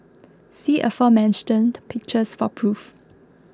see aforementioned pictures for proof